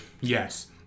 Yes